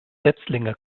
setzlinge